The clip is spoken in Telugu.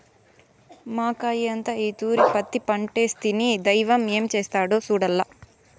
మాకయ్యంతా ఈ తూరి పత్తి పంటేస్తిమి, దైవం ఏం చేస్తాడో సూడాల్ల